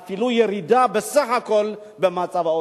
אפילו ירידה בסך הכול במצב העוני.